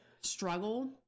struggle